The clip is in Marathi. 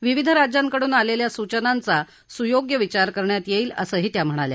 विविध राज्यांकडून आलेल्या सूचनांचा सुयोग्य विचार करण्यात येईल असंही त्या म्हणाल्या